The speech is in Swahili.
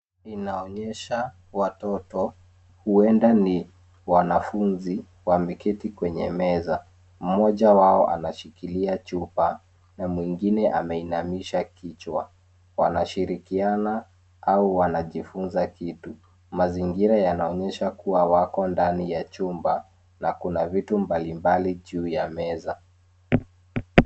Inaonyesha watoto, huenda ni wanafunzi wameketi kwenye meza, mmoja wao anashikilia chupa, na mwingine ameinamisha kichwa. Wanashirikiana, au wanajifunza kitu, mazingira yanaoneysha kuwa wako ndani ya chumba, na kuna vitu mbalimbali juu ya meza.